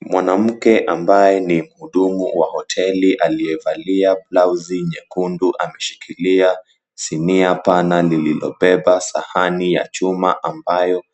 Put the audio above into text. Mwanamke ambaye ni mhudumu wa hoteli aliyevalia blauzi nyekundu ameshikilia sinia pana lililobeba sahani ya chuma ambayo